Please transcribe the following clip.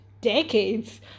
decades